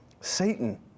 Satan